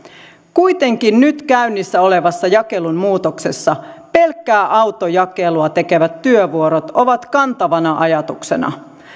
kuitenkin nyt käynnissä olevassa jakelunmuutoksessa pelkkää autojakelua tekevät työnvuorot ovat kantavana ajatuksena